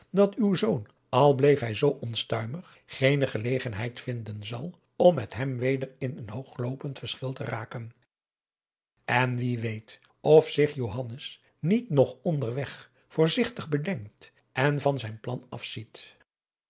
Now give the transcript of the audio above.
dat uw zoon al bleef hij zoo onstuimig geene gelegenheid vinden zal om met hem weder in een hoog loopend verschil te raken en wie weet of zich johannes niet nog onder weg voorzigtig bedenkt en van zijn plan af ziet